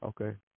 Okay